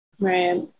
Right